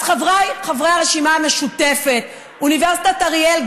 אז חבריי חברי הרשימה המשותפת: אוניברסיטת אריאל,